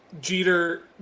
Jeter